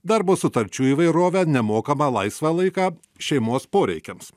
darbo sutarčių įvairovę nemokamą laisvą laiką šeimos poreikiams